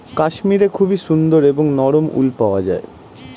কাশ্মীরে খুবই সুন্দর এবং নরম উল পাওয়া যায়